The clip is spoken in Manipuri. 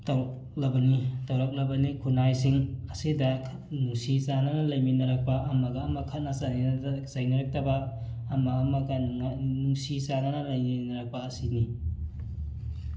ꯇꯧꯔꯛ ꯂꯕꯅꯤ ꯇꯧꯔꯛꯂꯕꯅꯤ ꯈꯨꯟꯅꯥꯏꯁꯤꯡ ꯑꯁꯤꯗ ꯅꯨꯡꯁꯤ ꯆꯥꯟꯅꯥꯅ ꯂꯩꯃꯤꯟꯅꯔꯛꯄ ꯑꯃꯒ ꯑꯃꯒ ꯈꯠꯅ ꯆꯩꯅꯗꯅ ꯆꯩꯅꯔꯛꯇꯕ ꯑꯃ ꯑꯃꯒ ꯅꯨꯡꯁꯤ ꯆꯥꯟꯅꯅ ꯂꯩꯃꯤꯟꯅꯔꯛꯄ ꯑꯁꯤꯅꯤ